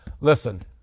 Listen